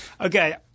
okay